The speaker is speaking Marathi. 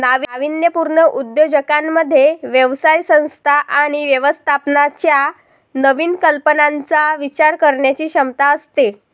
नाविन्यपूर्ण उद्योजकांमध्ये व्यवसाय संस्था आणि व्यवस्थापनाच्या नवीन कल्पनांचा विचार करण्याची क्षमता असते